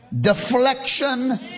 Deflection